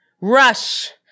rush